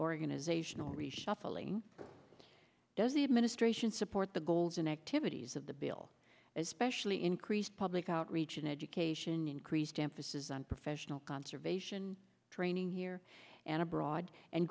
organizational reshuffling does the administration support the goals and activities of the bill especially increased public outreach and education increased emphasis on professional conservation training here and abroad and